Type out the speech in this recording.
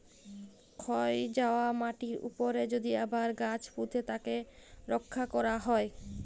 ক্ষয় যায়া মাটির উপরে যদি আবার গাছ পুঁতে তাকে রক্ষা ক্যরা হ্যয়